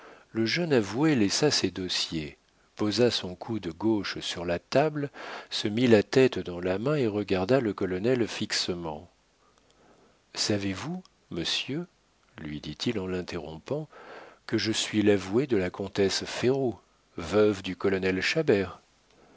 le jeune avoué laissa ses dossiers posa son coude gauche sur la table se mit la tête dans la main et regarda le colonel fixement savez-vous monsieur lui dit-il en l'interrompant que je suis l'avoué de la comtesse ferraud veuve du colonel